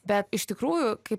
bet iš tikrųjų kaip